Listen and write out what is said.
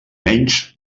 menys